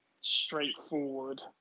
straightforward